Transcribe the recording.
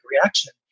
reaction